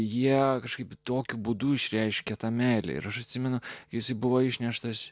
jie kažkaip tokiu būdu išreiškia tą meilę ir aš atsimenu jis buvo išneštas